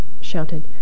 shouted